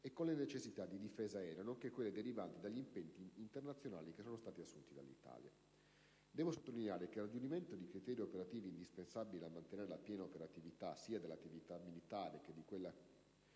e le necessità della difesa aerea e quelle derivanti dagli impegni internazionali assunti dal nostro Paese. Devo sottolineare che il raggiungimento di criteri operativi indispensabili a mantenere la piena operatività sia dell'attività militare che di quella